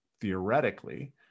theoretically